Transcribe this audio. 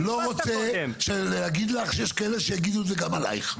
אני לא רוצה להגיד לך שיש כאלו שיגידו את זה גם עלייך.